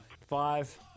Five